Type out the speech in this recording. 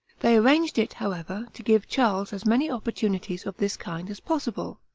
they arranged it, however, to give charles as many opportunities of this kind as possible.